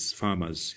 farmers